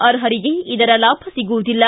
ಆರ್ಪರಿಗೆ ಇದರ ಲಾಭ ಸಿಗುವುದಿಲ್ಲ